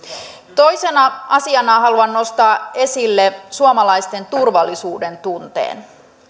toisena asiana haluan nostaa esille suomalaisten turvallisuudentunteen